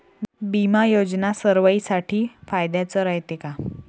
बिमा योजना सर्वाईसाठी फायद्याचं रायते का?